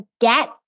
get